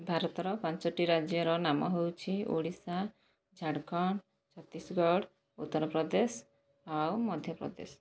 ଭାରତର ପାଞ୍ଚଟି ରାଜ୍ୟର ନାମ ହେଉଛି ଓଡ଼ିଶା ଝାଡ଼ଖଣ୍ଡ ଛତିଶଗଡ଼ ଉତ୍ତରପ୍ରଦେଶ ଆଉ ମଧ୍ୟପ୍ରଦେଶ